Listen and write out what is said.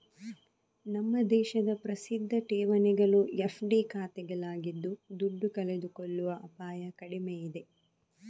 ನಮ್ಮ ದೇಶದ ಪ್ರಸಿದ್ಧ ಠೇವಣಿಗಳು ಎಫ್.ಡಿ ಖಾತೆಗಳಾಗಿದ್ದು ದುಡ್ಡು ಕಳೆದುಕೊಳ್ಳುವ ಅಪಾಯ ಕಡಿಮೆ ಇದೆ